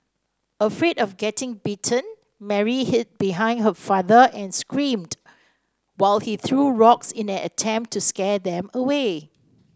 afraid of getting bitten Mary hid behind her father and screamed while he threw rocks in an attempt to scare them away